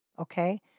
okay